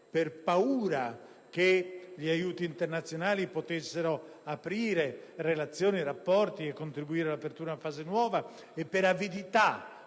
per la paura che gli aiuti internazionali potessero aprire relazioni e rapporti e contribuire all'apertura di una fase nuova, e per avidità,